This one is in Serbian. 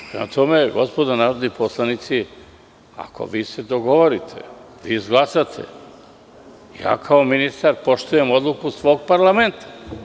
Prema tome, gospodo narodni poslanici, ako se dogovorite i izglasate, kao ministar poštujem odluku svog parlamenta.